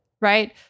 Right